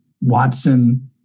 Watson